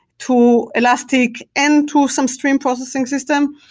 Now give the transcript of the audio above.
to elastic, and to some stream processing system.